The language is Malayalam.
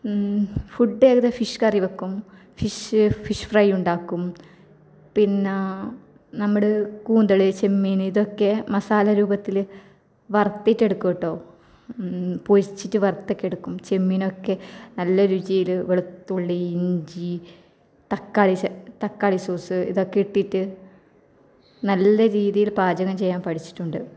ഫുഡ് അതെ ഫിഷ് കറി വെക്കും ഫിഷ് ഫിഷ് ഫ്രൈ ഉണ്ടാക്കും പിന്നെ നമ്മുടെ കൂന്തല് ചെമ്മീന് ഇതൊക്കെ മസാല രൂപത്തില് വറുത്തിട്ടിട്ട് ഒക്കെ കേട്ടോ പൊരിച്ചിട്ട് വറുത്തെടുക്കും ചെമ്മീനൊക്കെ നല്ല രുചിയിൽ വെളുത്തുള്ളി ഇഞ്ചി തക്കാളി തക്കാളി സോസ് ഇതൊക്കെ ഇട്ടിട്ട് നല്ല രീതിയിൽ പാചകം ചെയ്യാൻ പഠിച്ചിട്ടുണ്ട്